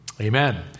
amen